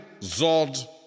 Zod